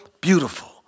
beautiful